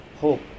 hope